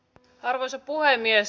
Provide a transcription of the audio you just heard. arvoisa puhemies